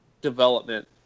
development